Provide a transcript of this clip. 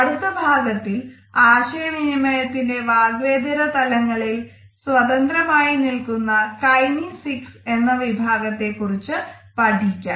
അടുത്ത ഭാഗത്തിൽ ആശയവിനിമയത്തിന്റെ വാഗ്വേതര തലങ്ങളിൽ സ്വതന്ത്രമായി നിൽക്കുന്ന കൈനെസിക്സ് എന്നതിനെ കുറിച്ച് പഠിക്കാം